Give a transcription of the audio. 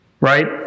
Right